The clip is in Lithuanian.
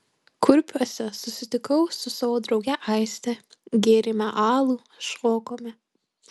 kurpiuose susitikau su savo drauge aiste gėrėme alų šokome